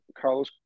Carlos